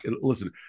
Listen